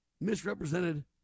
misrepresented